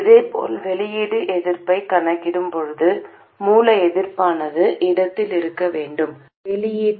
முன்பு போலவே நீங்கள் திருப்தி அடைந்தால் நீங்கள் தானாகவே திருப்தி அடைவீர்கள்